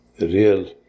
real